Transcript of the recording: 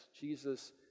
Jesus